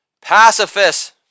Pacifist